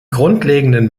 grundlegenden